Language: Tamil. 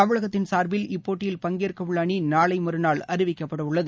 தமிழகத்தின் சார்பில் இப்போட்டியில் பங்கேற்கவுள்ள அணி நாளை மறுநாள் அறிவிக்கப்படவுள்ளது